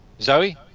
Zoe